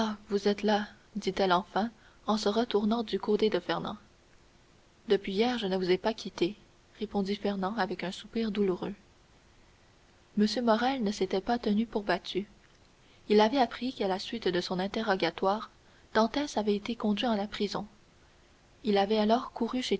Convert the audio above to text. vous êtes là dit-elle enfin en se retournant du côté de fernand depuis hier je ne vous ai pas quittée répondit fernand avec un soupir douloureux m morrel ne s'était pas tenu pour battu il avait appris qu'à la suite de son interrogatoire dantès avait été conduit à la prison il avait alors couru